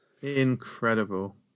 Incredible